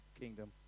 kingdom